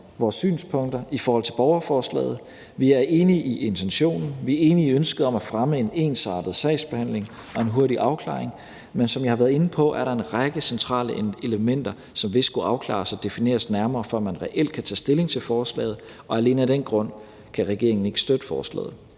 vores synspunkterne i forhold til borgerforslaget: Vi er enige i intentionen. Vi er enige i ønsket om at fremme en ensartet sagsbehandling og en hurtig afklaring, men som jeg har været inde på, er der en række centrale elementer, som vil skulle afklares og defineres nærmere, før man reelt kan tage stilling til forslaget, og alene af den grund kan regeringen ikke støtte forslaget.